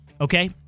okay